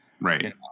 right